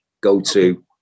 go-to